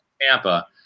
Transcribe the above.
Tampa